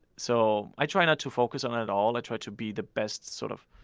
so i try not to focus on it at all. i try to be the best sort of